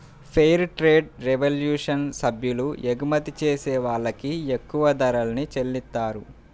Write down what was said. fair trade revolution సభ్యులు ఎగుమతి చేసే వాళ్ళకి ఎక్కువ ధరల్ని చెల్లిత్తారు